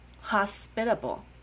hospitable